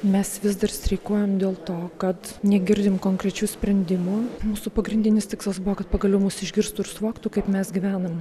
mes vis dar streikuojam dėl to kad negirdim konkrečių sprendimų mūsų pagrindinis tikslas buvo kad pagaliau mus išgirstų ir suvoktų kaip mes gyvenam